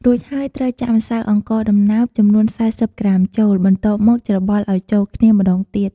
រួចហើយត្រូវចាក់ម្សៅអង្ករដំណើបចំនួន ៤០ក្រាមចូល បន្ទាប់មកច្របល់ឲ្យចូលគ្នាម្ដងទៀត។